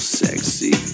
sexy